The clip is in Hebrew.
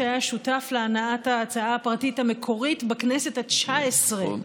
שהיה שותף להנעת ההצעה הפרטית המקורית בכנסת התשע-עשרה.